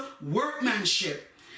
workmanship